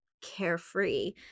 carefree